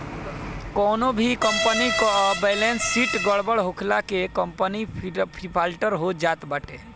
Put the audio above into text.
कवनो भी कंपनी कअ बैलेस शीट गड़बड़ होखला पे कंपनी डिफाल्टर हो जात बाटे